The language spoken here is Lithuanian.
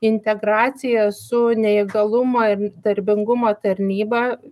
integracija su neįgalumo ir darbingumo tarnyba